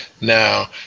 now